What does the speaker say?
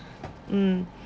mm